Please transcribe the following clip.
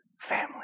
family